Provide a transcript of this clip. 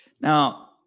Now